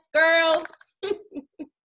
girls